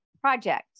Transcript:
project